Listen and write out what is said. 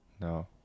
No